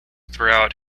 throughout